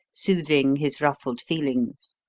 soothing his ruffled feelings.